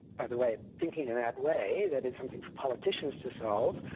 by the way, thinking in that way, that it's something for politicians to solve,